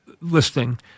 listing